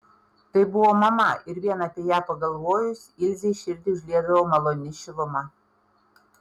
tai buvo mama ir vien apie ją pagalvojus ilzei širdį užliedavo maloni šiluma